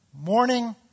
morning